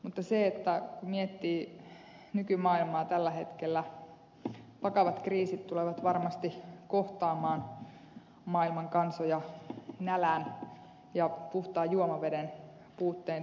mutta kun miettii nykymaailmaa tällä hetkellä vakavat kriisit tulevat varmasti kohtaamaan maailman kansoja nälän ja puhtaan juomaveden puutteen tiimoilta